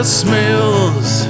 smells